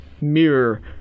mirror